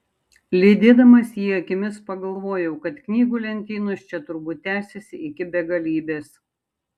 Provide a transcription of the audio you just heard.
lydėdamas jį akimis pagalvojau kad knygų lentynos čia turbūt tęsiasi iki begalybės